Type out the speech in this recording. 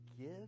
give